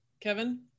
Kevin